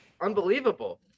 unbelievable